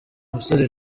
musore